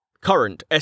Current